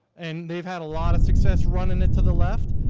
and they've had a lot of success running it to the left.